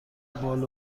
بال